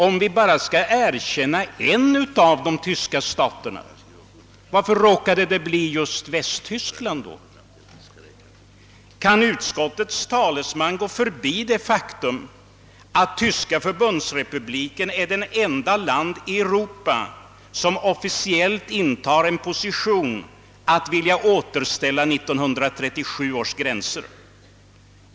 Om vi skall erkänna bara en av de tyska staterna, varför har det då råkat bli just Västtyskland? Kan utskottets talesman gå förbi det faktum att tyska förbundsrepubliken är det enda land i Europa som officiellt har intagit ståndpunkten att vilja återställa 1937 års gränser?